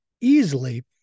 easily